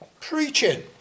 preaching